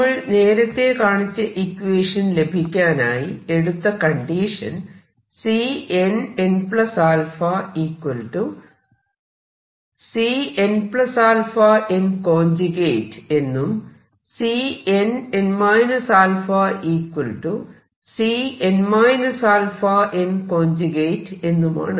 നമ്മൾ നേരത്തെ കാണിച്ച ഇക്വേഷൻ ലഭിക്കാനായി എടുത്ത കണ്ടീഷൻ Cnn Cnn എന്നും Cnn α Cn αn എന്നുമാണ്